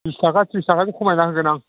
बिस थाखा थ्रिस थाखासो खमायना होगोन आं